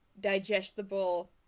digestible